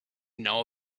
know